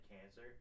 cancer